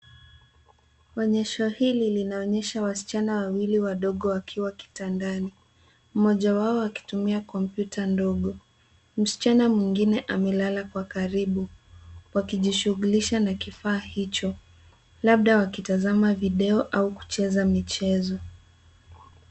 Onyesho hili linaonyesha wasichana wawili wadogo wakiwa kitandani. Mmoja wao akitumia kompyuta ndogo. Msichana mwingine amelala kwa karibu, wakijishughulisha na kifaa hicho, labda wakitazama video au kucheza michezo.